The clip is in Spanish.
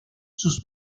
sus